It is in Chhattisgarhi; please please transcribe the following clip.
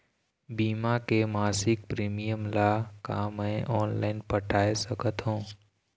बीमा के मासिक प्रीमियम ला का मैं ऑनलाइन पटाए सकत हो?